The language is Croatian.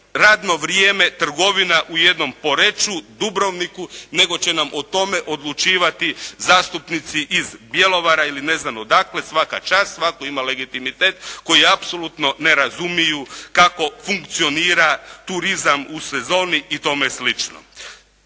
radno vrijeme trgovina u jednom Poreču, Dubrovniku, nego će nam o tome odlučivati zastupnici iz Bjelovara ili ne znam odakle svaka čast. Svatko ima legitimitet koji apsolutno ne razumiju kako funkcionira turizam u sezoni i tome slično.